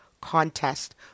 contest